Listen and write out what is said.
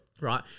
Right